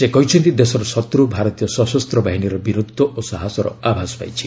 ସେ କହିଛନ୍ତି ଦେଶର ଶତ୍ର ଭାରତୀୟ ସଶସ୍ତ ବାହିନୀର ବୀରତ୍ୱ ଓ ସାହସର ଆଭାସ ପାଇଛି